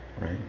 Right